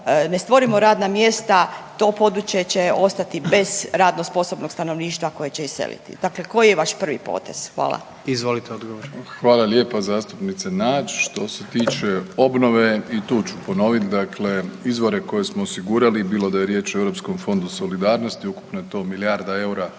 ne stvorimo radna mjesta, to područje će ostati bez radno sposobnog stanovništva koje će iseliti. Dakle koji je vaš prvi potez? Hvala. **Jandroković, Gordan (HDZ)** Izvolite odgovor. **Plenković, Andrej (HDZ)** Hvala lijepa zastupnice Nađ. Što se tiče obnove, i tu ću ponoviti, dakle izbore koje smo osigurali, bilo da je riječ o Europskom fondu solidarnosti, ukupno je to milijarda eura za